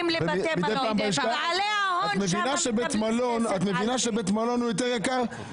את מבינה שבית מלון הוא יותר יקר.